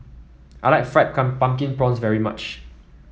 I like Fried Pumpkin Prawns very much